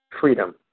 freedom